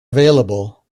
available